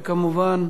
וכמובן,